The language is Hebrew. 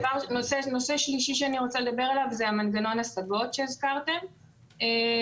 נושא שלישי שאני רוצה לדבר עליו זה מנגנון ההשגות שדיברתם עליו.